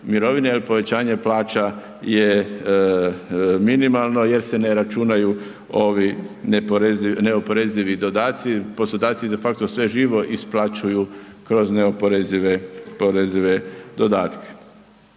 mirovine jer povećanje plaća je minimalno jer se ne računaju ovi neoporezivi dodaci. Poslodavci de facto sve živo isplaćuju kroz neoporezive dodatke.